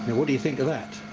what do you think of that?